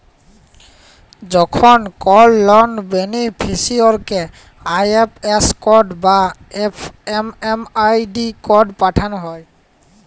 যখন কল লন বেনিফিসিরইকে আই.এফ.এস কড বা এম.এম.আই.ডি কড পাঠাল হ্যয়